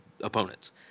opponents